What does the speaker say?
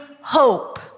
hope